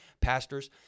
pastors